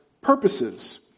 purposes